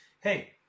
hey